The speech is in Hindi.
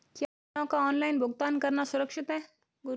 क्या बिलों का ऑनलाइन भुगतान करना सुरक्षित है?